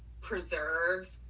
preserve